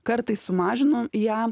kartais sumažinu ją